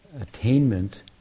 attainment